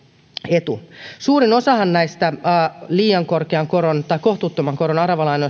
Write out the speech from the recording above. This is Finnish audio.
suurin osa tahoistahan on pyrkinyt konvertoimaan nämä liian korkean koron tai kohtuuttoman koron aravalainat